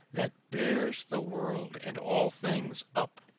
that bears the world and all things up?